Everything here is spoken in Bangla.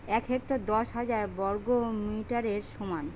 এক হেক্টর দশ হাজার বর্গমিটারের সমান